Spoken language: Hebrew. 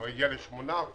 אבל זה כבר הגיע ל-8%